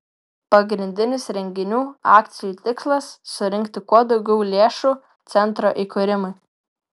pagrindinis renginių akcijų tikslas surinkti kuo daugiau lėšų centro įkūrimui